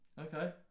Okay